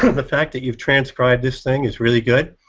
the fact that you've transcribe this thing is really good,